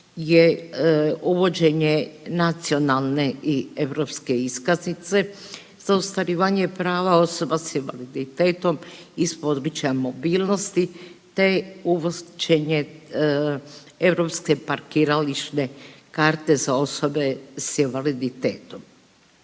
je uvođenje nacionalne i europske iskaznice za ostvarivanje prava osoba sa invaliditetom iz područja mobilnosti, te uvođenje europske parkirališne karte za osobe sa invaliditetom.